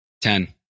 Ten